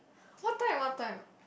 what time what time